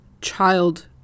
child